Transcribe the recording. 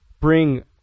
bring